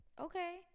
Okay